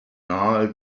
nahe